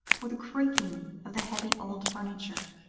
or the creaking of the heavy old furniture.